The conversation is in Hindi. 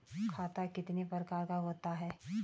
खाता कितने प्रकार का होता है?